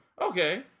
Okay